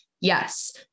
Yes